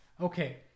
Okay